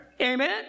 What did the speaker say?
Amen